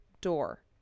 door